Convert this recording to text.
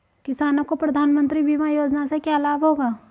किसानों को प्रधानमंत्री बीमा योजना से क्या लाभ होगा?